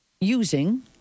using